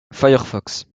firefox